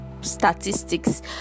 statistics